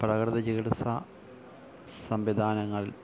പ്രകൃതി ചികിത്സ സംവിധാനങ്ങൾ